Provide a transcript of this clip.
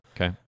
Okay